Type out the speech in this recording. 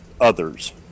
others